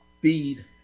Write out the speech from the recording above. feed